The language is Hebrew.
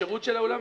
השירות של האולם,